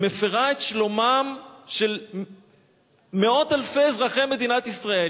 שמפירה את שלומם של מאות אלפי אזרחי מדינת ישראל.